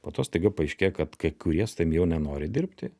po to staiga paaiškėja kad kai kurie su tavim jau nenori dirbti